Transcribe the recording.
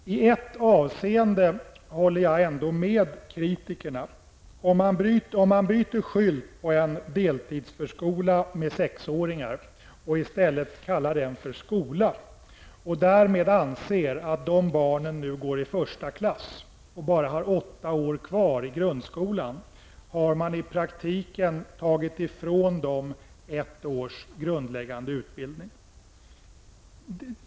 I ett avseende håller jag ändå med kritikerna: om man byter skylt på en deltidsförskola med sexåringar och kallar den för skola i stället, och därmed anser att barnen går i första klass, vilket betyder att de bara har åtta år kvar i grundskolan, har man i praktiken tagit ifrån dem ett års grundläggande utbildning.